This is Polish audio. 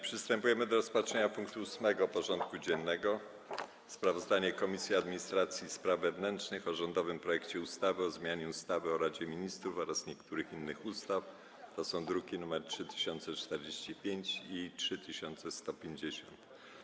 Przystępujemy do rozpatrzenia punktu 8. porządku dziennego: Sprawozdanie Komisji Administracji i Spraw Wewnętrznych o rządowym projekcie ustawy o zmianie ustawy o Radzie Ministrów oraz niektórych innych ustaw (druki nr 3045 i 3150)